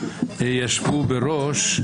ישבו בראש.